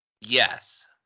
Yes